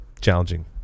challenging